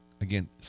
again